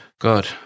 God